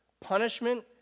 punishment